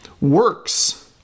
works